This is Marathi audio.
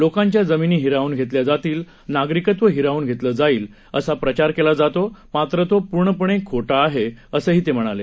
लोकांच्या जमिनी हिरावून घेतल्या जातील नागरिकत्व हिरावून घेतलं जाईल असा प्रचार केला जातो मात्र तो पूर्णपणे खोटा आहे असं ते म्हणाले